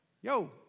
yo